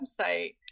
website